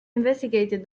investigated